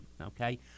okay